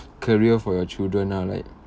career for your children ah like